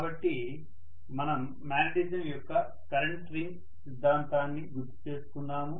కాబట్టి మనం మాగ్నెటిజం యొక్క కరెంట్ రింగ్ సిద్ధాంతాన్ని గుర్తుచేసుకుందాము